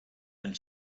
and